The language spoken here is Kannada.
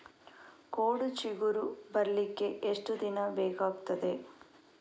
ಕೋಡು ಚಿಗುರು ಬರ್ಲಿಕ್ಕೆ ಎಷ್ಟು ದಿನ ಬೇಕಗ್ತಾದೆ?